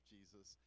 Jesus